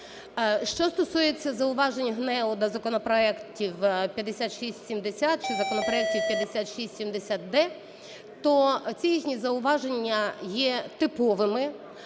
Що стосується зауважень ГНЕУ до законопроекту 5670 чи законопроекту 5670-д, то ці їхні зауваження є типовими.